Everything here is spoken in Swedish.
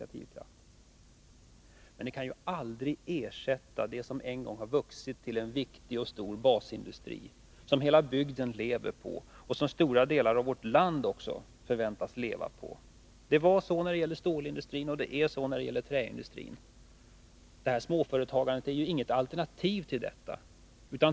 Men det kan aldrig ersätta det som en gång har vuxit till en viktig och stor basindustri som hela bygden lever på och som stora delar av vårt land förväntas leva på. Så var det när det gällde stålindustrin, och så är det när det gäller träindustrin. Småföretagandet är inget alternativ till detta.